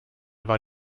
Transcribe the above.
war